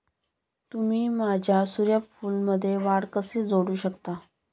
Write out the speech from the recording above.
तुम्ही माझ्या सूर्यफूलमध्ये वाढ कसे जोडू शकता?